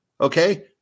Okay